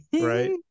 Right